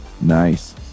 Nice